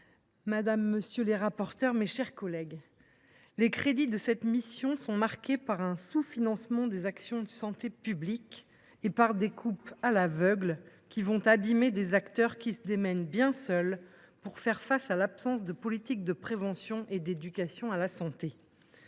madame la ministre, mes chers collègues, les crédits de cette mission sont marqués par un sous financement des actions de santé publique et par des coupes à l’aveugle, qui abîmeront des acteurs se démenant bien seuls pour faire face à l’absence de politique de prévention et d’éducation à la santé.